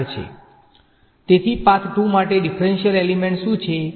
તેથી પાથ 2 માટે differential element શું છે